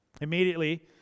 Immediately